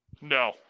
No